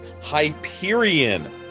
Hyperion